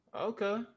Okay